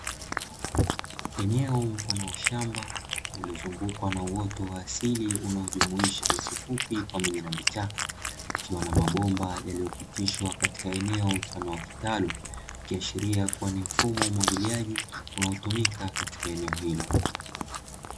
Eneo mfano wa shamba lililozungukwa na uoto wa asili unaojumuisha nyasi fupi pamoja na vichaka, likiwa na mabomba yaliyopitishwa katika eneo mfano wa kitalu, ikiashiria kuwa ni mfumo wa umwagiliaji unaotumika katika eneo hilo.